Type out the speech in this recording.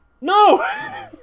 No